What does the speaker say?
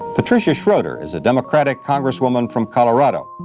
patricia schroeder is a democratic congresswoman from colorado.